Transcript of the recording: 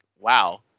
wow